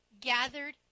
gathered